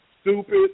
stupid